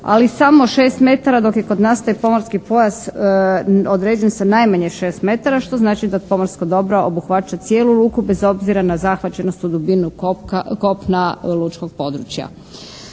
ali samo 6 metara dok je kod nas taj pomorski pojas određen sa najmanje 6 metara što znači da pomorsko dobro obuhvaća cijelu luku bez obzira na zahvaćenost u dubinu kopna lučkog područja.